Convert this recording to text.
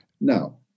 Now